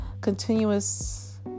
continuous